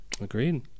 agreed